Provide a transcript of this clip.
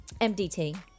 MDT